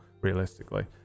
realistically